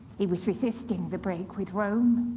he was resisting the break with rome,